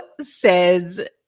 says